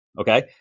okay